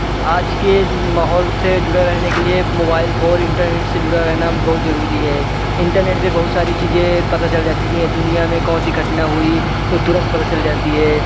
आज के माहौल से जुड़े रहने के लिए मोबाइल फ़ोन इंटरनेट से जुड़ा रहना बहुत ज़रूरी है इंटरनेट पर बहुत सारी चीज़ें पता चल जाती हैं दुनिया में कौन सी घटना हुई वो तुरंत पता चल जाती है